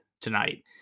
tonight